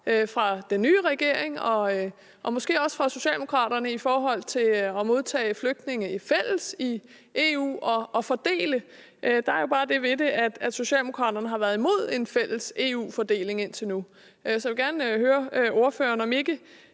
fra den nye regerings side og måske også fra Socialdemokratiets side i forhold til at modtage flygtninge i fællesskab i EU og fordele dem. Der er bare det ved det, at Socialdemokratiet har været imod en fælles EU-fordeling indtil nu. Så jeg vil gerne høre ordføreren, om ikke